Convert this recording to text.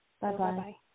Bye-bye